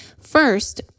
First